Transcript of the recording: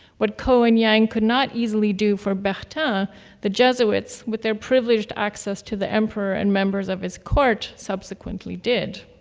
what ko and yang could not easily do for bertin, but the jesuits, with their privileged access to the emperor and members of his court, subsequently did.